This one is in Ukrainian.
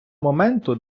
моменту